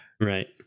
Right